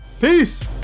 peace